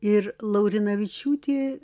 ir laurinavičiūtė